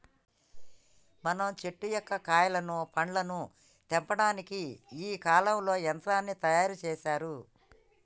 మనం చెట్టు యొక్క కాయలను పండ్లను తెంపటానికి ఈ కాలంలో యంత్రాన్ని తయారు సేసారు